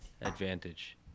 advantage